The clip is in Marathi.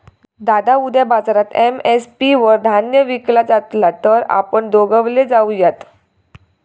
दादा उद्या बाजारात एम.एस.पी वर धान्य विकला जातला तर आपण दोघवले जाऊयात